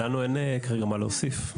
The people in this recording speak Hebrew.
לנו אין כרגע מה להוסיף.